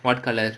what colour